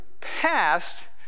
past